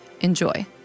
Enjoy